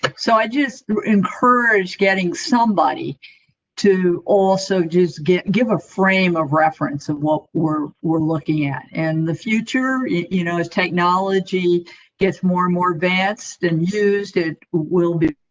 so, i just encourage getting somebody to also just give give a frame of reference of what we're we're looking at and the future you know as technology gets more and more advanced and used. it will be.